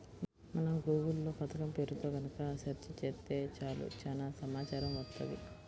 మనం గూగుల్ లో పథకం పేరుతో గనక సెర్చ్ చేత్తే చాలు చానా సమాచారం వత్తది